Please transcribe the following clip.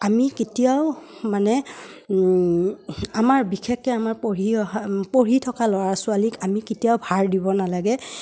আমি কেতিয়াও মানে আমাৰ বিশেষকৈ আমাৰ পঢ়ি অহা পঢ়ি থকা ল'ৰা ছোৱালীক আমি কেতিয়াও ভাৰ দিব নালাগে